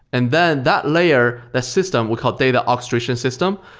and then that layer, the system, we call data orchestration system,